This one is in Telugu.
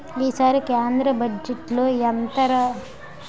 ఈసారి కేంద్ర బజ్జెట్లో ఎంతొరగబెట్టేరేటి దమ్మిడీ కూడా లేదు